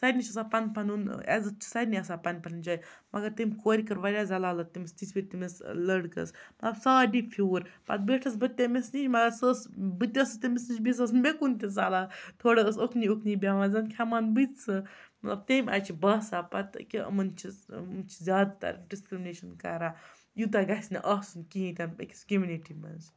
سارنٕے چھِ آسان پَنُن پَنُن عزت چھِ سارنٕے آسان پنٕنۍ پنٕنۍ جایہِ مگر تٔمۍ کورِ کٔر واریاہ زلالت تٔمِس تِژھ پھِر تٔمِس لٔڑکَس مطلب سارنٕے پھیوٗر پَتہٕ بیٖٹھٕس بہٕ تٔمِس نِش مگر سُہ ٲس بہٕ تہِ ٲسٕس تٔمِس نِش بِہِتھ سُہ ٲس مےٚ کُن تہِ ژَلان تھوڑا ٲس اُکںُے اُکنُے بیٚہوان زَنہٕ کھٮ۪مہان بہٕ تہِ سُہ مطلب تمہِ آے چھِ باسان پَتہٕ کہِ یِمَن چھِ یِم چھِ زیادٕ تر ڈِسکرٛمنیشَن کَران یوٗتاہ گژھِ نہٕ آسُن کِہیٖنۍ تہِ نہٕ أکِس کٔمنِٹی منٛز